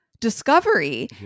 discovery